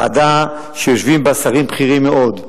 ועדה שיושבים בה שרים בכירים מאוד,